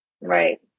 Right